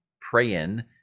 praying